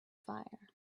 fire